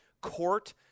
court